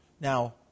Now